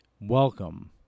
welcome